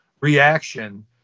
reaction